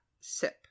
sip